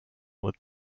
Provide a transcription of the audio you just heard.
with